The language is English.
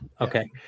Okay